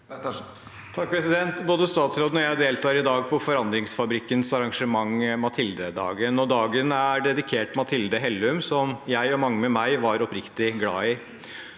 (H) Både statsråden og jeg deltar i dag på Forandringsfabrikkens arrangement Mathilde-dagen. Dagen er dedikert Mathilde Hellum, som jeg og mange med meg var oppriktig glad i.